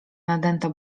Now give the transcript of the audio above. nadęta